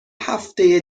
هفته